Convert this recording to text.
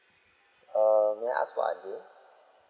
err may I ask what are there